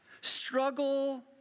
struggle